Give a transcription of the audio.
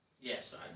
Yes